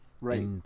right